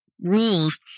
rules